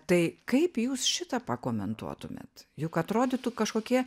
tai kaip jūs šitą pakomentuotumėt juk atrodytų kažkokie